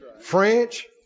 French